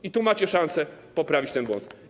I tu macie szansę poprawić ten błąd.